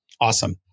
Awesome